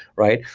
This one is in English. right?